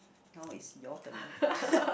now it's your turn right